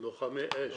לוחמי אש